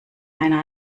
eine